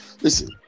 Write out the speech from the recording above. listen